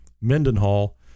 Mendenhall